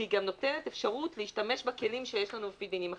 כי היא גם נותנת אפשרות להשתמש בכלים שיש לנו לפי דינים אחרים.